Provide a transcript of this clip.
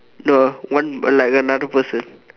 no one like another person